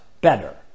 better